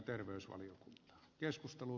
arvoisa puhemies